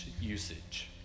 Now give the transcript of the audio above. usage